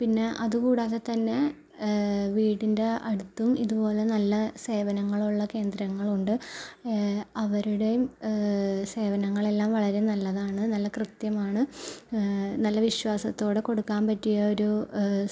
പിന്നെ അതുകൂടാതെ തന്നെ വീടിൻറ്റ അടുത്തും ഇതുപോലെ നല്ല സേവനങ്ങളുള്ള കേന്ദ്രങ്ങളുണ്ട് അവരുടേയും സേവനങ്ങളെല്ലാം വളരെ നല്ലതാണ് നല്ല കൃത്യമാണ് നല്ല വിശ്വാസത്തോടെ കൊടുക്കാൻ പറ്റിയ ഒരു